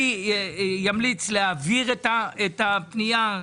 אני אמליץ להעביר את הפנייה.